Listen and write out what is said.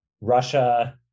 Russia